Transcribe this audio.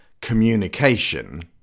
communication